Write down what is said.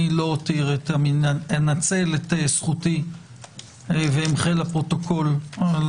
אני לא אנצל את זכותי ואמחה לפרוטוקול על